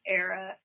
era